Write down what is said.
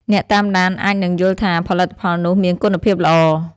អ្នកតាមដានអាចនឹងយល់ថាផលិតផលនោះមានគុណភាពល្អ ។